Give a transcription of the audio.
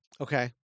Okay